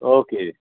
okay